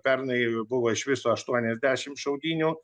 pernai buvo iš viso aštuoniasdešimt šaudynių